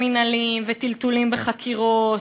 לא מעצרים מינהליים וטלטולים בחקירות